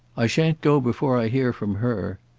i shan't go before i hear from her.